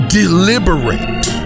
deliberate